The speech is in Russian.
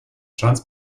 шанс